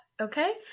okay